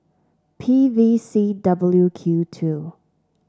P V C W Q two